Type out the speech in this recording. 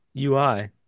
UI